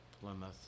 Plymouth